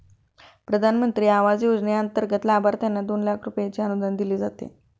प्रधानमंत्री आवास योजनेंतर्गत लाभार्थ्यांना दोन लाख रुपयांचे अनुदान दिले जाते